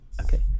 Okay